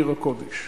עיר הקודש.